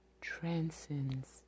transcends